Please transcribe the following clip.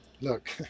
look